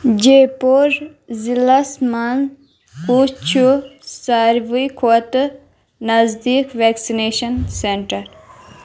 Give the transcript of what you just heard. جَے پوٗر ضلعس مَنٛز کُس چھُ ساروٕے کھۄتہٕ نزدیٖک ویکسِنیشن سینٹر ؟